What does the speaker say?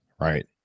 right